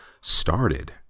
started